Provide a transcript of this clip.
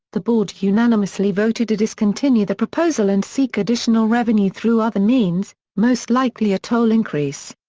the board unanimously voted to discontinue the proposal and seek additional revenue through other means, most likely a toll increase.